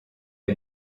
est